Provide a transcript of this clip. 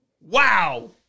Wow